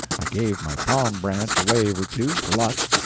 i gave my palm branch a wave or two, for luck,